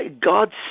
God